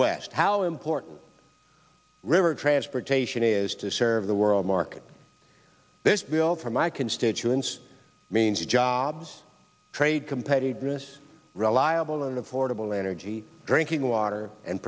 west how important river transportation is to serve the world market this bill to my constituents means jobs trade competitiveness reliable and affordable energy drinking water and